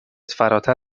فراتر